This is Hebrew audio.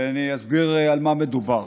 אני אסביר על מה מדובר.